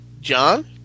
John